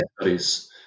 studies